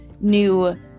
new